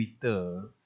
Twitter